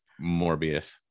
morbius